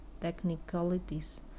technicalities